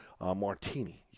martini